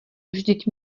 vždyť